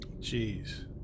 Jeez